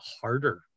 harder